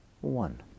one